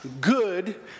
good